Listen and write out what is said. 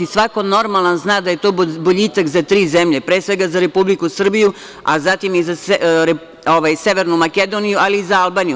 Svako normalan zna da je to boljitak za tri zemlje, pre svega za Republiku Srbiju, a zatim i za Severnu Makedoniju, ali i za Albaniju.